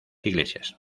iglesias